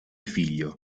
figlio